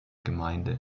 gemeinde